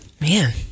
man